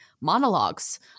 monologues